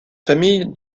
famille